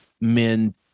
men